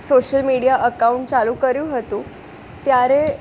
social media account ચાલું કર્યું હતું ત્યારે